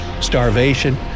starvation